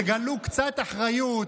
תגלו קצת אחריות,